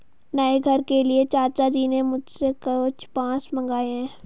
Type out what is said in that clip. नए घर के लिए चाचा जी ने मुझसे कुछ बांस मंगाए हैं